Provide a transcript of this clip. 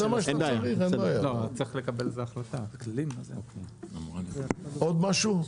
עוד משהו?